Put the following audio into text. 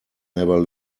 never